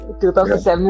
2007